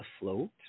afloat